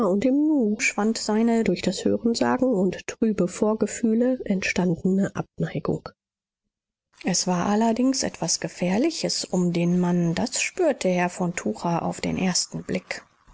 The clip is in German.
schwand seine durch das hörensagen und trübe vorgefühle entstandene abneigung es war allerdings etwas gefährliches um den mann das spürte herr von tucher auf den ersten blick